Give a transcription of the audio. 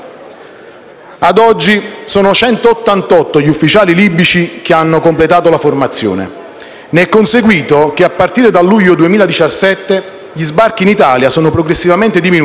Ad oggi, sono 188 gli ufficiali libici che hanno completato la formazione. Ne è conseguito che, a partire dal luglio 2017, gli sbarchi in Italia sono progressivamente diminuiti,